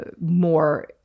more